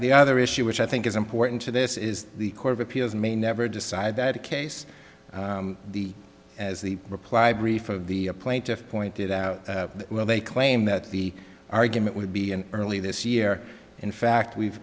the other issue which i think is important to this is the court of appeals may never decide that case the as the reply brief of the plaintiff pointed out will they claim that the argument would be an early this year in fact